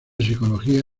psicología